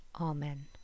Amen